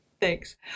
Thanks